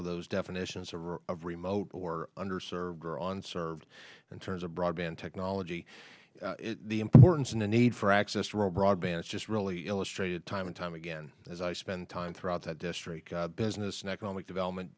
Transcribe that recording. of those definitions of remote or under served or on served in terms of broadband technology the importance and the need for access road broadband just really illustrated time and time again as i spent time throughout the district business and economic development